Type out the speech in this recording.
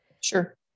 Sure